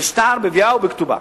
בשטר, בביאה ובכתובה.